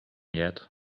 yet